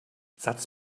satz